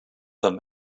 them